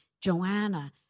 Joanna